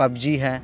PUBG ہے